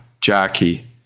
Jackie